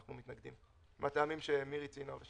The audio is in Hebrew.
אנחנו מתנגדים מהטעמים שמירי ציינה.